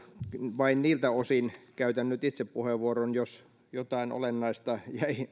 vain niiltä osin käytän nyt itse puheenvuoron jos jotain olennaista jäi